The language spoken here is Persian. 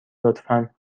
لطفا